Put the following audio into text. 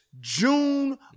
June